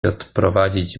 odprowadzić